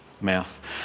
mouth